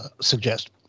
suggest